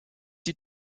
die